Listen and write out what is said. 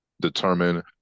determine